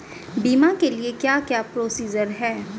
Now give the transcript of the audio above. बीमा के लिए क्या क्या प्रोसीजर है?